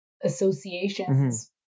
associations